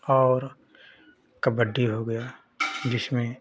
और कबड्डी हो गया जिसमें